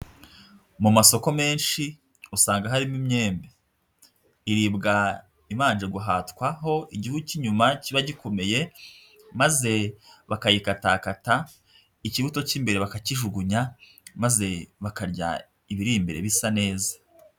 Mu masoko menshi usanga harimo imyembe, iribwa ibanje guhatwaho igihu cy'inyuma kiba gikomeye maze bakayikatakata ikibuto cy'imbere bakakijugunya maze bakarya ibiri imbere bisa neza.